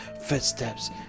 footsteps